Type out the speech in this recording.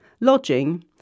lodging